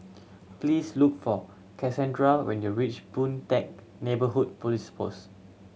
please look for Kassandra when you reach Boon Teck Neighbourhood Police Post